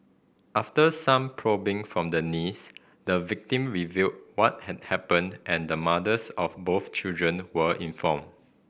after some probing from the niece the victim revealed what had happened and the mothers of both children were informed